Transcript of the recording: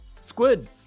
Squid